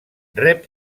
rep